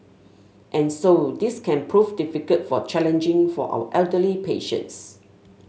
and so this can prove difficult for challenging for our elderly patients